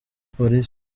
police